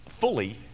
fully